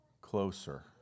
closer